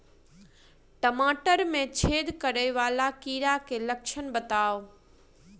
टमाटर मे छेद करै वला कीड़ा केँ लक्षण बताउ?